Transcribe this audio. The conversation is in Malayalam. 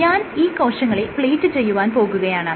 ഞാൻ ഈ കോശങ്ങളെ പ്ലേറ്റ് ചെയ്യുവാൻ പോകുകയാണ്